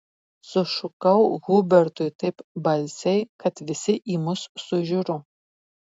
sušukau hubertui taip balsiai kad visi į mus sužiuro